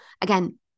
again